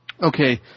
Okay